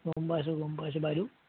গম পাইছোঁ গম পাইছো বাইদেউ